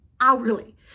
hourly